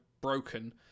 broken